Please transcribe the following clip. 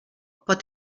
pot